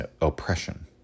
oppression